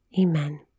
Amen